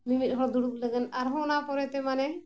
ᱢᱤᱢᱤᱫ ᱦᱚᱲ ᱫᱩᱲᱩᱵ ᱞᱟᱹᱜᱤᱫ ᱟᱨᱦᱚᱸ ᱚᱱᱟ ᱯᱚᱨᱮᱛᱮ ᱢᱟᱱᱮ